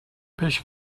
peix